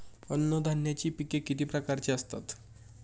अन्नधान्याची पिके किती प्रकारची असतात?